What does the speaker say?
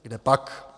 Kdepak.